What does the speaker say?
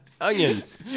Onions